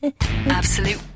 absolute